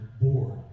bored